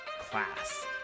class